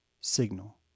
signal